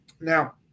Now